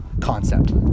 concept